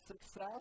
success